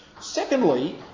Secondly